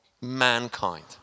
mankind